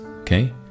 okay